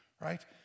right